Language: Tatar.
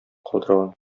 калдырган